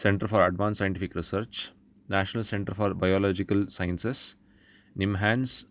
centre for advanced scientific research national centre for biological sciences NIMHANS